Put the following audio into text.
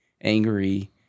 angry